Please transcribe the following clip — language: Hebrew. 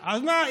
אבל איך תרכיבו?